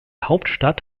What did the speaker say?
hauptstadt